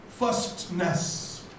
firstness